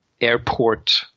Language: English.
airport